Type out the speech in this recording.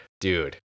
dude